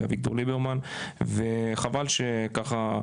אביגדור ליברמן וחבל שככה,